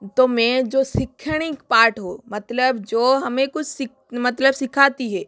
तो मैं जो शैक्षणिक पार्ट हो मतलब जो हमें कुछ मतलब सिखाती है